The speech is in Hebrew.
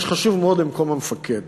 כי יש חשיבות למקום המפקד.